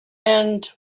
and